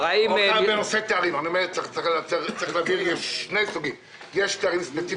מכרזים בכירים לפי